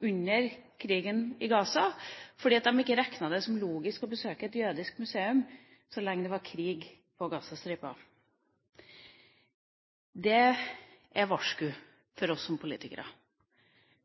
under krigen i Gaza, fordi de ikke regnet det som logisk å besøke et jødisk museum så lenge det var krig på Gazastripen. Det er et varsku for oss som politikere.